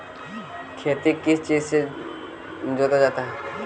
खेती किस चीज से जोता जाता है?